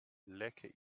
lecke